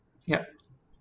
yup